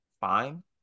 Fine